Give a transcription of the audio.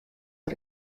der